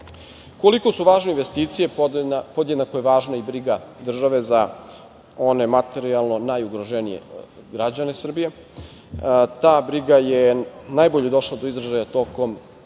su važne investicije, podjednako je važna i briga države za one materijalno najugroženije građane Srbije. Ta briga je najbolje došla do izražaja tokom